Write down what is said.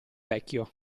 vecchio